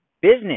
business